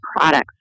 products